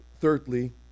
thirdly